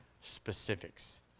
specifics